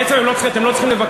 בעצם אתם לא צריכים לבקש,